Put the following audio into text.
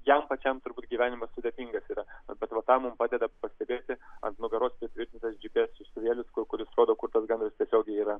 jam pačiam turbūt gyvenimas sudėtingas yra bet va tą mum padeda pastebėti ant nugaros pritvirtintas gps siųstuvėlis kuris rodo kur tas gandras tiesiogiai yra